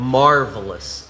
marvelous